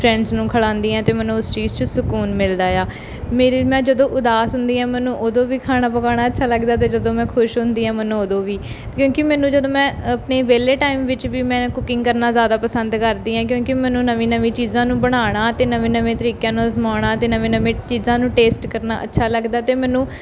friends ਨੂੰ ਖਲਾਂਦੀ ਹਾਂ ਅਤੇ ਮੈਨੂੰ ਉਸ ਚੀਜ਼ 'ਚ ਸਕੂਨ ਮਿਲਦਾ ਆ ਮੇਰੀ ਮੈਂ ਜਦੋਂ ਉਦਾਸ ਹੁੰਦੀ ਹਾਂ ਮੈਨੂੰ ਉਦੋਂ ਵੀ ਖਾਣਾ ਪਕਾਉਣਾ ਅੱਛਾ ਲੱਗਦਾ ਅਤੇ ਜਦੋਂ ਮੈਂ ਖੁਸ਼ ਹੁੰਦੀ ਹਾਂ ਮੈਨੂੰ ਉਦੋਂ ਵੀ ਕਿਉਂਕਿ ਮੈਨੂੰ ਜਦੋਂ ਮੈਂ ਆਪਣੇ ਵਿਹਲੇ ਟਾਈਮ ਵਿੱਚ ਵੀ ਮੈਂ ਕੁਕਿੰਗ ਕਰਨਾ ਜ਼ਿਆਦਾ ਪਸੰਦ ਕਰਦੀ ਹਾਂ ਕਿਉਂਕਿ ਮੈਨੂੰ ਨਵੀਂ ਨਵੀਂ ਚੀਜ਼ਾਂ ਨੂੰ ਬਣਾਉਣਾ ਅਤੇ ਨਵੇਂ ਨਵੇਂ ਤਰੀਕਿਆਂ ਨੂੰ ਅਜ਼ਮਾਉਣਾ ਅਤੇ ਨਵੇਂ ਨਵੇਂ ਚੀਜ਼ਾਂ ਨੂੰ ਟੇਸਟ ਕਰਨਾ ਅੱਛਾ ਲੱਗਦਾ ਅਤੇ ਮੈਨੂੰ